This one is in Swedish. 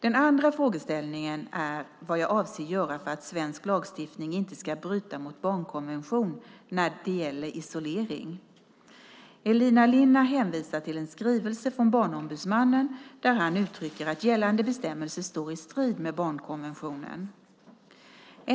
Den andra frågeställningen är vad jag avser att göra för att svensk lagstiftning inte ska bryta mot barnkonventionen vad gäller isolering. Elina Linna hänvisar till en skrivelse från Barnombudsmannen där han uttrycker att gällande bestämmelser står i strid med barnkonventionen.